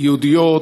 יהודיות,